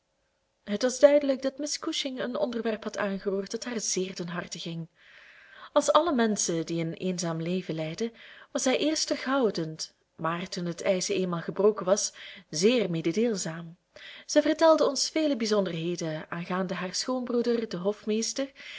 het was duidelijk dat miss cushing een onderwerp had aangeroerd dat haar zeer ter harte ging als alle menschen die een eenzaam leven leiden was zij eerst terughoudend maar toen het ijs eenmaal gebroken was zeer mededeelzaam zij vertelde ons vele bijzonderheden aangaande haar schoonbroeder den hofmeester